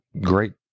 great